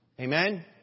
Amen